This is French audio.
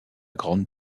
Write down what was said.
grande